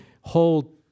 hold